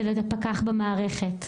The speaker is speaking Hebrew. אצל הפקח במערכת?